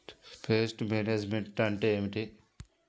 Pest management అంటే ఏమిటి?